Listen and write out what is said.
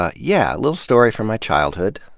ah yeah, a little story from my ch ildhood.